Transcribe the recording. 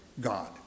God